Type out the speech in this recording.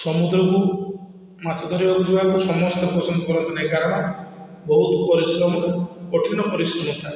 ସମୁଦ୍ରକୁ ମାଛ ଧରିବାକୁ ଯିବାକୁ ସମସ୍ତେ ପସନ୍ଦ କରନ୍ତି ନାହିଁ କାରଣ ବହୁତ ପରିଶ୍ରମ କଠିନ ପରିଶ୍ରମ ଥାଏ